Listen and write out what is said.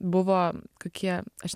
buvo kokie aš